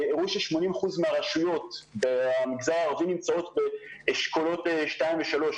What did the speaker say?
הראו ש-80 אחוזים מהרשויות במגזר הערבי נמצאות באשכולות 2 ו-3,